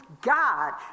God